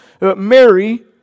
Mary